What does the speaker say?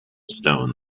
stone